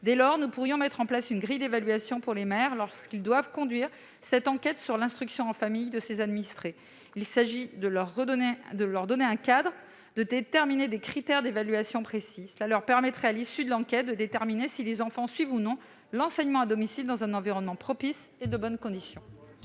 Dès lors, nous pourrions mettre en place une grille d'évaluation pour les maires lorsqu'ils doivent conduire cette enquête sur l'instruction en famille. Il s'agit de leur donner un cadre et d'établir des critères d'évaluation précis. Cela leur permettrait, à l'issue de l'enquête, de déterminer si les enfants suivent ou non l'enseignement à domicile dans un environnement propice et dans de bonnes conditions.